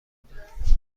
بودم